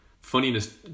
funniness